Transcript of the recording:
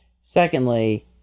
Secondly